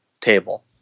table